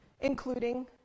including